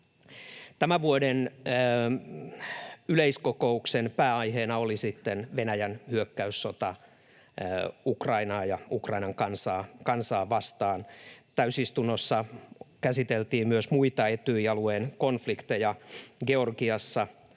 Tämän vuoden yleiskokouksen pääaiheena oli Venäjän hyökkäyssota Ukrainaan ja Ukrainan kansaa vastaan. Täysistunnossa käsiteltiin myös muita Etyj-alueen konflikteja Georgiassa,